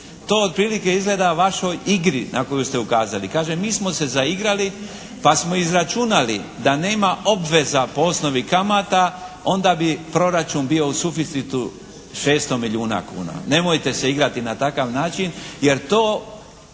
to otprilike izgleda vašoj igri na koju ste ukazali. Kaže mi smo se zaigrali pa smo izračunali da nema obveza po osnovi kamata, onda bi proračun bio u suficitu 600 milijuna kuna. Nemojte se igrati na takav način jer to